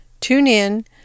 TuneIn